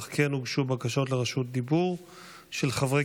אך כן הוגשו בקשות לרשות דיבור של חברי